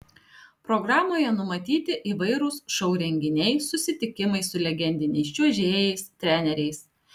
programoje numatyti įvairūs šou renginiai susitikimai su legendiniais čiuožėjais treneriais